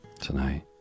Tonight